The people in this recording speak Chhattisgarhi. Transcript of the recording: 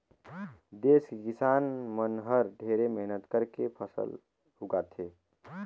देस के किसान मन हर ढेरे मेहनत करके फसल ल उगाथे